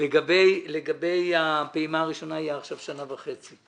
לגבי הפעימה הראשונה, תהיה עכשיו שנה וחצי.